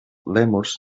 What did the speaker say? lèmurs